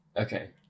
Okay